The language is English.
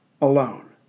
alone